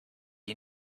you